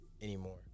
anymore